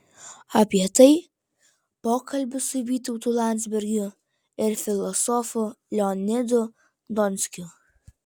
apie tai pokalbis su vytautu landsbergiu ir filosofu leonidu donskiu